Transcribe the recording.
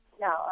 No